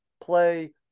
play